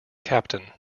captain